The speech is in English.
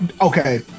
Okay